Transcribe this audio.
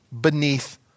beneath